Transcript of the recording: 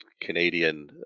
Canadian